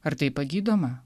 ar tai pagydoma